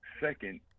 Second